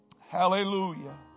Hallelujah